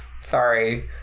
sorry